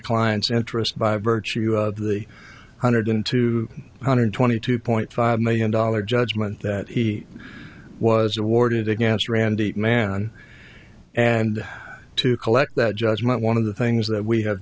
client's interest by virtue of the hundred and two hundred twenty two point five million dollars judgment that he was awarded against randy man and to collect that judgment one of the things that we have